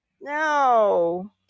No